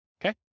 okay